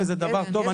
וזה דבר טוב.